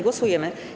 Głosujemy.